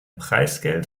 preisgeld